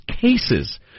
cases